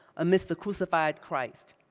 amidst a crucified christ.